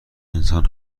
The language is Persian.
انسان